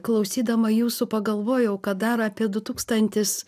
klausydama jūsų pagalvojau kad dar apie du tūkstantis